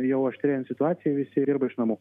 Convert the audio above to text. jau aštrėjant situacijai visi dirbo iš namų